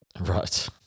Right